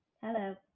hello